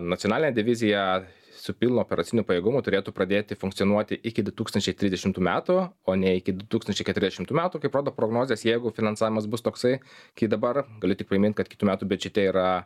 nacionalinė divizija su pilu operaciniu pajėgumu turėtų pradėti funkcionuoti iki du tūkstančiai tridešimtų metų o ne iki du tūkstančiai keturiašimtų metų kaip rodo prognozės jeigu finansavimas bus toksai kai dabar galiu tik primint kad kitų metų biudžete yra